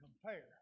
compare